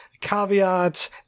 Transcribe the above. caveats